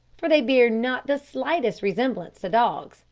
for they bear not the slightest resemblance to dogs,